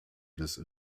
des